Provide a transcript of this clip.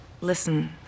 Listen